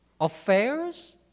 Affairs